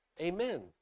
amen